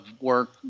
work